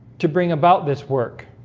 to bring about this work